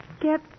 Get